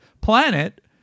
planet